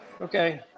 Okay